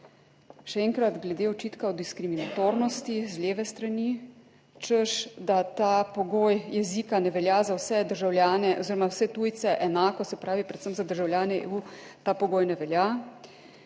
Še enkrat glede očitka o diskriminatornosti z leve strani, češ da ta pogoj jezika ne velja za vse državljane oziroma vse tujce enako, se pravi, predvsem za državljane EU ta pogoj ne velja.